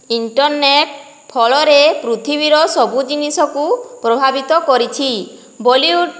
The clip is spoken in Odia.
ଇଣ୍ଟରନେଟ୍ ଫଳରେ ପୃଥିବୀର ସବୁ ଜିନିଷକୁ ପ୍ରଭାବିତ କରିଛି ବଲିଉଡ଼